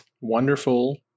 wonderful